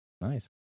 Nice